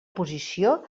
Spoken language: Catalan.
posició